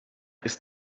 ist